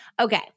Okay